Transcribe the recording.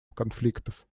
конфликтов